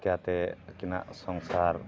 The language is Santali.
ᱪᱤᱠᱟᱹᱛᱮ ᱟᱹᱠᱤᱱᱟᱜ ᱥᱚᱝᱥᱟᱨ